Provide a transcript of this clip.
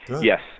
Yes